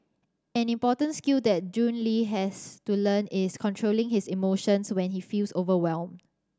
an important skill that Jun Le has to learn is controlling his emotions when he feels overwhelmed